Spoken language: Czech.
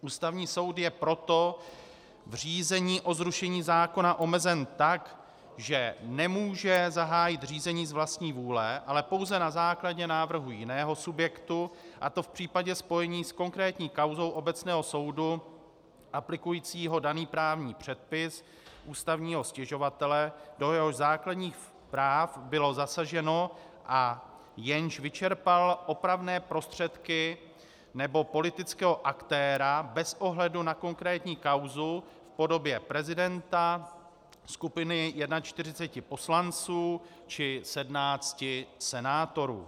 Ústavní soud je proto v řízení o zrušení zákona omezen tak, že nemůže zahájit řízení z vlastní vůle, ale pouze na základě návrhu jiného subjektu, a to v případě spojení s konkrétní kauzou obecného soudu aplikujícího daný právní předpis ústavního stěžovatele, do jehož základních práv bylo zasaženo a jenž vyčerpal opravné prostředky, nebo politického aktéra bez ohledu na konkrétní kauzu v podobě prezidenta, skupiny 41 poslanců či 17 senátorů.